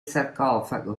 sarcofago